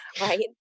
right